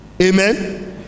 Amen